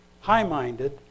high-minded